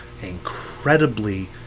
incredibly